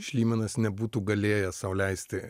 šlymanas nebūtų galėjęs sau leisti